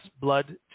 blood